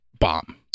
bomb